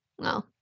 No